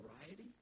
variety